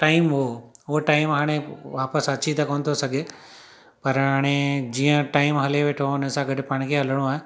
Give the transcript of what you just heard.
time हुओ उहो time हाणे वापसि अची त कोन थो सघे पर हाणे जीअं टाइम हले वेठो आहे हुन सां गॾु पाण खे हलिणो आहे